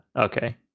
Okay